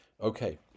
Okay